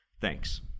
Thanks